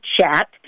chat